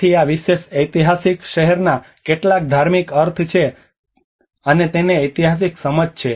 તેથી આ વિશેષ ઐતિહાસિક શહેરના કેટલાક ધાર્મિક અર્થ છે અને તેને ઐતિહાસિક સમજ છે